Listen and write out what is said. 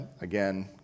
Again